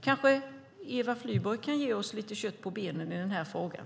Kanske Eva Flyborg kan ge oss lite kött på benen i den här frågan?